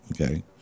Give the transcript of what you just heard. Okay